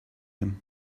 him